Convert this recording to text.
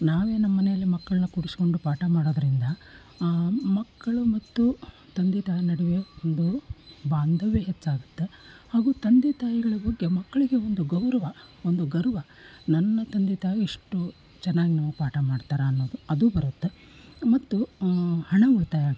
ನಾವೇ ನಮ್ಮ ಮನೆಯಲ್ಲಿ ಮಕ್ಕಳನ್ನ ಕೂಡಿಸ್ಕೊಂಡು ಪಾಠ ಮಾಡೋದರಿಂದ ಮಕ್ಕಳು ಮತ್ತು ತಂದೆ ತಾಯಿ ನಡುವೆ ಒಂದು ಬಾಂಧವ್ಯ ಹೆಚ್ಚಾಗುತ್ತೆ ಹಾಗೂ ತಂದೆ ತಾಯಿಗಳ ಬಗ್ಗೆ ಮಕ್ಕಳಿಗೂ ಒಂದು ಗೌರವ ಒಂದು ಗರ್ವ ನನ್ನ ತಂದೆ ತಾಯಿ ಇಷ್ಟು ಚೆನ್ನಾಗಿ ನಮಗೆ ಪಾಠ ಮಾಡ್ತಾರೆ ಅನ್ನೋದು ಅದೂ ಬರುತ್ತೆ ಮತ್ತು ಹಣ ಉಳಿತಾಯ ಆಗುತ್ತೆ